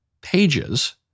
pages